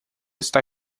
está